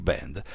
Band